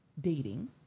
dating